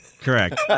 Correct